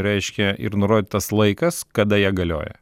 reiškia ir nurodytas laikas kada jie galioja